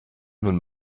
nun